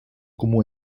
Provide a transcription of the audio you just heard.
comú